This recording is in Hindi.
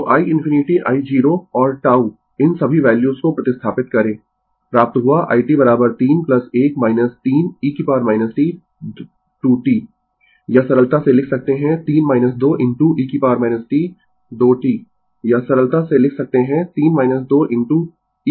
तो i ∞ i0 और τ इन सभी वैल्यूज को प्रतिस्थापित करें प्राप्त हुआ i t 3 1 3 e t 2 t या सरलता से लिख सकते है 3 2 into e t 2 t ampere ठीक है